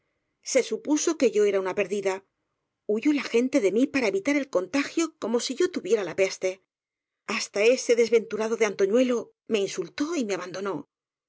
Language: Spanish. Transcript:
se supuso que yo era una perdida huyó la gente de mí para evitar el contagio como si yo tuviera la peste hasta ese desventurado de antoñuelo ine insultó y me abandonó